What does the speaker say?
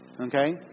Okay